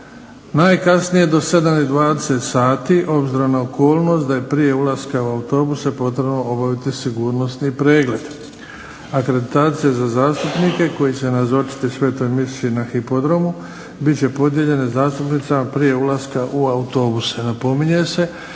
najkasnije do 7 i 20 sati, obzirom na okolnost da je prije ulaska u autobuse potrebno obaviti sigurnosni pregled. Akreditacija za zastupnike koji će nazočiti svetoj misi na Hipodromu biti će podijeljene zastupnicima prije ulaska u autobuse.